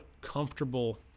comfortable